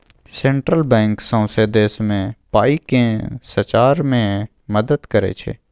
central bank सौंसे देश मे पाइ केँ सचार मे मदत करय छै